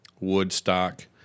Woodstock